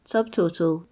Subtotal